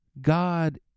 God